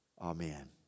Amen